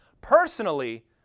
personally